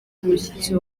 umushyitsi